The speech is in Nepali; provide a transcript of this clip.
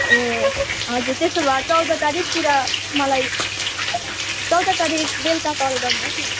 ए हजुर त्यसो भए चौध तारिकतिर मलाई चौध तारिक बेलुका कल गर्नुहोस् न